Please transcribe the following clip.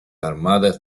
armadas